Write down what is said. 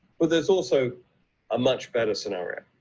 but there's also a much better scenario,